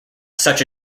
such